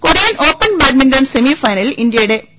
Korean open badminton semi ഫൈനലിൽ ഇന്ത്യയുടെ P